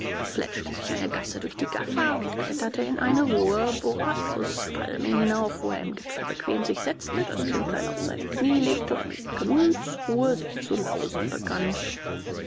fletschte sich eine gasse durch die gaffer und kletterte in eine hohe borassuspalme hinauf wo er im gipfel bequem sich setzte das kindlein auf seine knie legte und mit gemütsruhe sich zu lausen begann